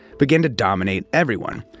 began to dominate everyone.